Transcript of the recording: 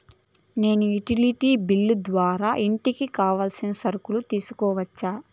నేను utility bill ద్వారా ఇంటికి కావాల్సిన సరుకులు తీసుకోవచ్చా?